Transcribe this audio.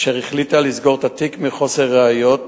והיא החליטה לסגור את התיק מחוסר ראיות.